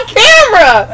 camera